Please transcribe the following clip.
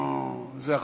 אוה, איזו אכזבה.